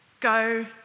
Go